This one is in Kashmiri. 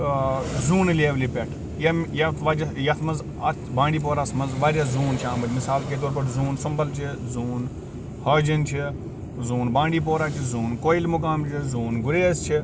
ٲں زوٗنہٕ لیولہِ پٮ۪ٹھ ییٚمہِ یَتھ وجہ یَتھ منٛز اَتھ بانٛڈی پوراہَس منٛز واریاہ زوٗن چھِ آمٕتۍ مِثال کے طور پر زوٗن سُمبَل چھِ زوٗن حٲجِن چھِ زوٗن بانٛڈی پورہ چھُ زوٗن کویِل مُقام چھُ زوٗن گُریز چھِ